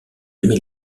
aimez